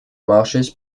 marshes